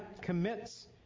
commits